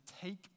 take